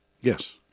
Yes